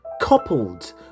coupled